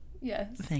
yes